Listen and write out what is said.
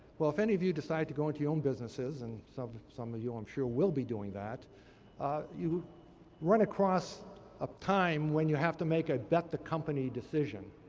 well, if any of you decide to go into you own businesses and some of ah you i'm sure we'll be doing that ah you run across a time when you have to make a bet-the-company decision.